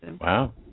wow